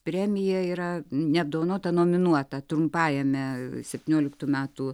premija yra neapdovanota nominuota trumpajame septynioliktų metų